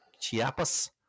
Chiapas